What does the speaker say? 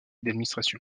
d’administration